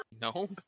No